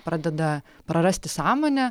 pradeda prarasti sąmonę